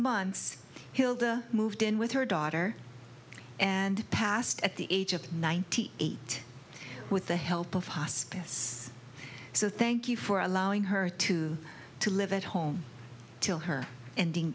months hilda moved in with her daughter and passed at the age of ninety eight with the help of hospice so thank you for allowing her to to live at home till her ending